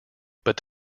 but